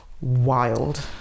wild